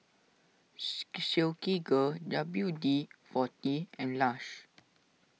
Silkygirl W D forty and Lush